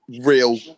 real